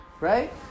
right